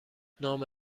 نام